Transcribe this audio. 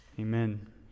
Amen